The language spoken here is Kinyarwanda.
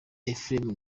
ephrem